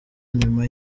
inyuma